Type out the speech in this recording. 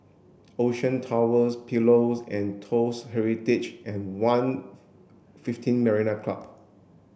Ocean Towers Pillows and Toast Heritage and One fifteen Marina Club